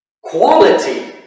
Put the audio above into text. quality